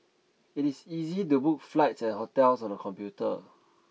it is easy to book flights and hotels on the computer